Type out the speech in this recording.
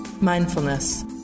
mindfulness